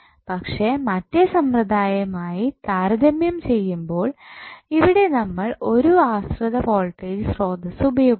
പക്ഷേ മറ്റേ സമ്പ്രദായവുമായി താരതമ്യം ചെയ്യുമ്പോൾ ഇവിടെ നമ്മൾ ഒരു ആശ്രിത വോൾട്ടേജ് സ്രോതസ്സ് ഉപയോഗിച്ചു